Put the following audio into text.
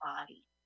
body